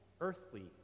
earthly